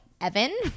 Evan